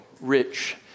rich